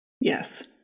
Yes